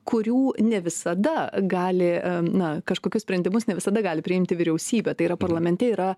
kurių ne visada gali na kažkokius sprendimus ne visada gali priimti vyriausybė tai yra parlamente yra